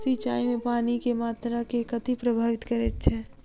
सिंचाई मे पानि केँ मात्रा केँ कथी प्रभावित करैत छै?